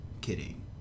kidding